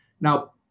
Now